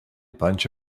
bunch